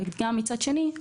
מצד שני,